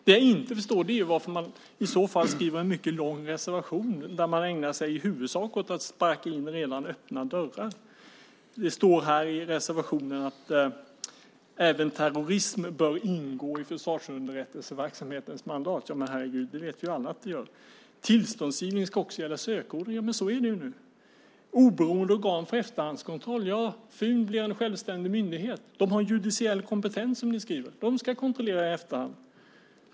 Det jag inte förstår är varför man i så fall skriver en mycket lång reservation där man i huvudsak ägnar sig åt att slå in redan öppna dörrar. Det står i reservationen att även terrorism bör ingå i försvarsunderrättelsens mandat. Men herregud - det vet vi väl alla att det gör! Tillståndsgivning ska också gälla sökorden, står det. Men så är det ju redan nu. Det talas om oberoende organ för efterhandskontroll. Fun blir en självständig myndighet. Den har judiciell kompetens, som ni skriver. De ska kontrollera i efterhand.